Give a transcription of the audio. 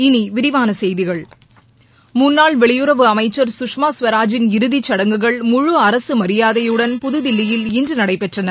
இனி விரிவான செய்திகள் முன்னாள் வெளியுறவு அமைச்சர் சுஷ்மா ஸ்வராஜின் இறுதிச்சடங்குகள் முழு அரசு மரியாதையுடன் புதுதில்லியில் இன்று நடைபெற்றன